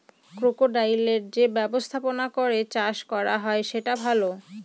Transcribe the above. ক্রোকোডাইলের যে ব্যবস্থাপনা করে চাষ করা হয় সেটা ভালো